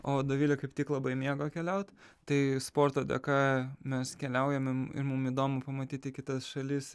o dovilė kaip tik labai mėgo keliaut tai sporto dėka mes keliaujame ir mum įdomu pamatyti kitas šalis